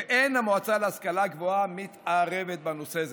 ואין המועצה להשכלה גבוהה מתערבת בנושא זה.